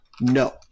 No